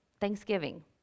Thanksgiving